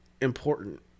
important